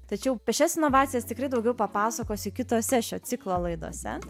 tačiau apie šias inovacijas tikrai daugiau papasakosiu kitose šio ciklo laidose